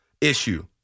issue